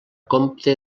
compte